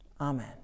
amen